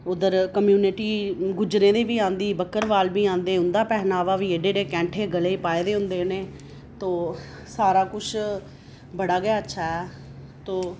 उद्धर कम्यूनिटी गुज्जरें दी बी आंदी बकरवाल बी आंदे उं'दा पैहनावा बी कैंठे गले च पाए दे होंदे उ'नें तो सारा कुछ बड़ा गै अच्छा ऐ तो